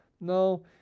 No